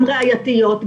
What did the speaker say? גם ראייתיות,